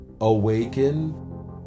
awaken